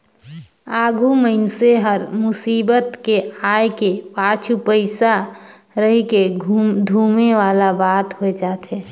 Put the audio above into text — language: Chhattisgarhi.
आघु मइनसे हर मुसीबत के आय के पाछू पइसा रहिके धुमे वाला बात होए जाथे